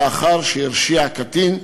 לאחר שהרשיע קטין,